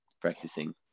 practicing